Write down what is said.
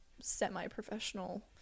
semi-professional